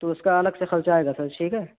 تو اس کا الگ سے خرچہ آئے گا سر ٹھیک ہے